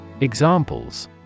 Examples